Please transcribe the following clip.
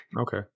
okay